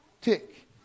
tick